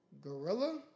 Gorilla